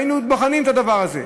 היו בוחנים את הדבר הזה.